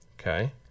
Okay